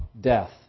death